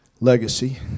legacy